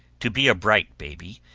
to be a bright baby,